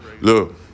look